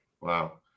Wow